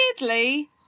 weirdly